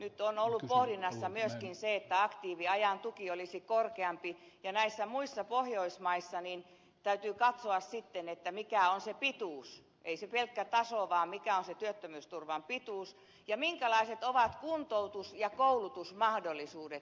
nyt on ollut pohdinnassa myöskin se että aktiiviajan tuki olisi korkeampi ja näissä muissa pohjoismaissa täytyy katsoa sitten mikä on se pituus ei se pelkkä taso vaan mikä on se työttömyysturvan pituus ja minkälaiset ovat kuntoutus ja koulutusmahdollisuudet